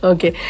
Okay